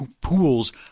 pools